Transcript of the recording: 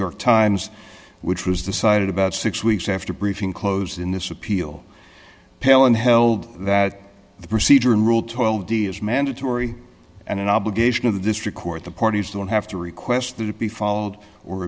york times which was decided about six weeks after briefing closed in this appeal palin held that the procedure and rule twelve d is mandatory and an obligation of the district court the parties don't have to request that it be followed or